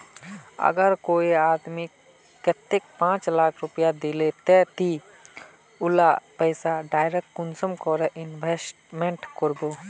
अगर कोई आदमी कतेक पाँच लाख रुपया दिले ते ती उला पैसा डायरक कुंसम करे इन्वेस्टमेंट करबो?